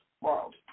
world